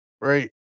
right